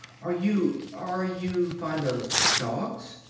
are you are you fond of dogs?